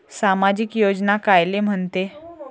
सामाजिक योजना कायले म्हंते?